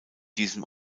diesem